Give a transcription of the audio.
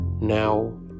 Now